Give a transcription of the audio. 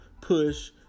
push